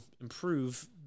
improve